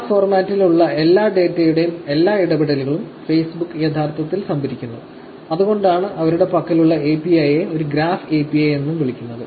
graph ഫോർമാറ്റിൽ ഉള്ള എല്ലാ ഡാറ്റയുടേയും എല്ലാ ഇടപെടലുകളും Facebook യഥാർത്ഥത്തിൽ സംഭരിക്കുന്നു അതുകൊണ്ടാണ് അവരുടെ പക്കലുള്ള API യെ ഒരു ഗ്രാഫ് API എന്നും വിളിക്കുന്നത്